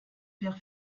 paire